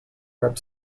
web